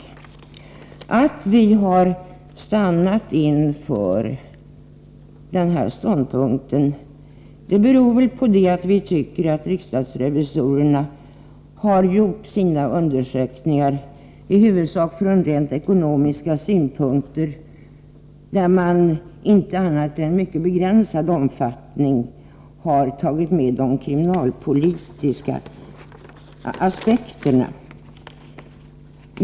Att vi stannat för att inta denna ståndpunkt beror på att riksdagens revisorer i huvudsak gjort sina undersökningar från rent ekonomiska utgångspunkter, där man inte annat än i mycket begränsad omfattning tagit med de kriminalpolitiska aspekterna.